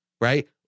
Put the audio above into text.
right